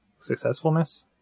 Successfulness